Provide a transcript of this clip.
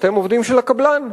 אתם עובדים של הקבלן.